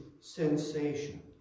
sensation